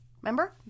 Remember